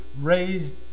raised